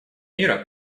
мира